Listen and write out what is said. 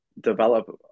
develop